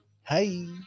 Hey